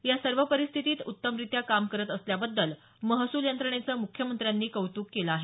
या सर्व परिस्थितीत उत्तरमरित्या काम करत असल्याबद्दल महसूल यंत्रणेचं मुख्यमंत्र्यांनी कौतुक केलं आहे